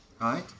right